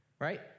Right